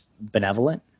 benevolent